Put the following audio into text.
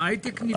ההייטק נפגע מאוד.